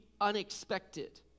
unexpected